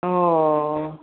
ओ